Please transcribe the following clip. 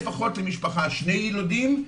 לפחות למשפחה שני ילדים,